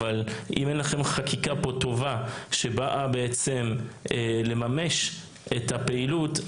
אבל אם אין לכם פה חקיקה טובה שבאה בעצם לממש את הפעילות,